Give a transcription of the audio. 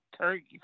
Turkey